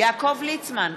יעקב ליצמן,